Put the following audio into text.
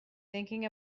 thinking